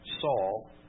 Saul